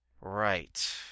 Right